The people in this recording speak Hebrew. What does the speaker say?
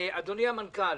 אדוני המנכ"ל,